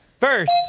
First